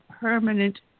permanent